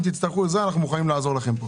אם תצטרכו עזרה, אנחנו מוכנים לעזור לכם.